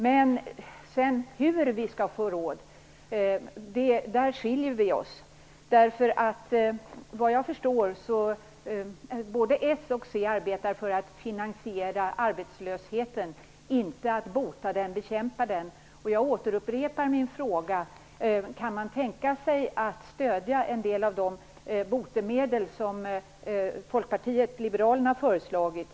Men när det gäller hur vi skall få råd skiljer vi oss. Såvitt jag förstår arbetar både s och c för att finansiera arbetslösheten, inte för att bota den och bekämpa den. Jag återupprepar min fråga: Kan man tänka sig att stödja en del av de botemedel som Folkpartiet liberalerna föreslagit?